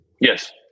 Yes